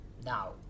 Now